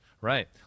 Right